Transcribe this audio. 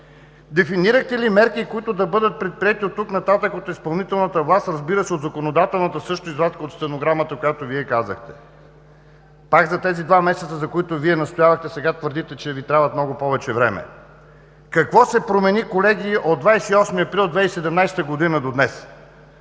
Дефинирахте ли мерки, които да бъдат предприети от тук нататък от изпълнителната власт, разбира се, от законодателната – също извадка от стенограмата, която Вие казахте? Пак за тези два месеца, за които Вие настоявахте, сега твърдите, че Ви трябва много повече време. Какво се промени колеги от 28 април 2017 г. до днес?